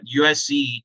USC